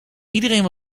iedereen